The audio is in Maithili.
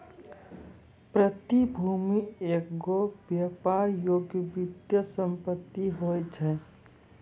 प्रतिभूति एगो व्यापार योग्य वित्तीय सम्पति होय छै